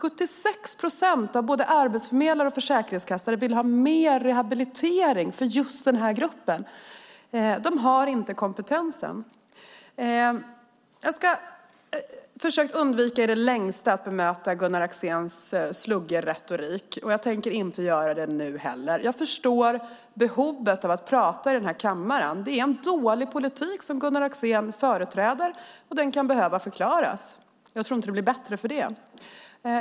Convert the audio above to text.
76 procent av arbetsförmedlare och försäkringskasseanställda vill ha mer rehabilitering för just den här gruppen. De har inte kompetensen. Jag har i det längsta försökt undvika att bemöta Gunnar Axéns sluggerretorik. Jag tänker inte göra det nu heller. Jag förstår behovet av att prata i kammaren. Det är en dålig politik som Gunnar Axén företräder, och den kan behöva förklaras. Jag tror dock inte att det blir bättre för det.